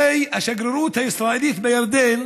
הרי השגרירות הישראלית בירדן